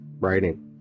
writing